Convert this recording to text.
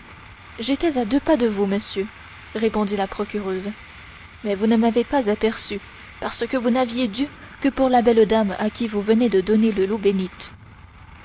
j'étais à deux pas de vous monsieur répondit la procureuse mais vous ne m'avez pas aperçue parce que vous n'aviez d'yeux que pour la belle dame à qui vous venez de donner de l'eau bénite